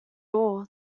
all